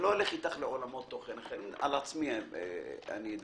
אני לא אלך לעולמות תוכן אחרים, על עצמי אני אדבר.